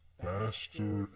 faster